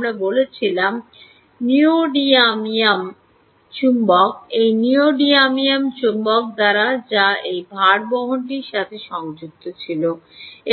যা আমরা বলেছিলাম নিউওডিয়ামিয়াম চুম্বক এই নিউওডিয়ামিয়াম চৌম্বক দ্বারা যা এই ভারবহনটির সাথে সংযুক্ত ছিল